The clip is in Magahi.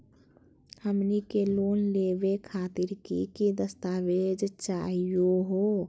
हमनी के लोन लेवे खातीर की की दस्तावेज चाहीयो हो?